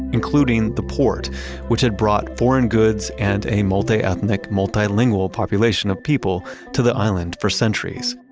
including the port which had brought foreign goods and a multiethnic, multilingual population of people to the island for centuries.